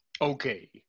Okay